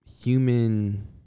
human